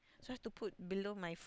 so I have to put below my